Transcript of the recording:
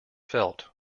felt